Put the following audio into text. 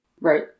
Right